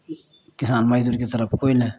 हुँ किसान मण्डलीके तरफ कोइ नहि